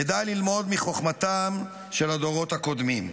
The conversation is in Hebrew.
כדאי ללמוד מחוכמתם של הדורות הקודמים.